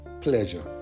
pleasure